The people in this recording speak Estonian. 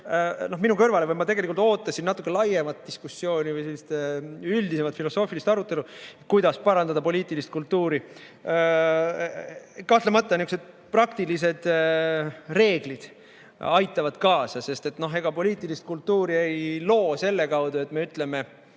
minu kõrvale ... Ma tegelikult ootasin natuke laiemat diskussiooni või üldisemat filosoofilist arutelu selle üle, kuidas parandada poliitilist kultuuri. Kahtlemata niisugused praktilised reeglid aitavad kaasa, sest ega poliitilist kultuuri ei loo selle kaudu, et me ütleme,